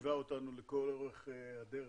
שליווה אותנו לכל אורך הדרך,